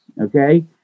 Okay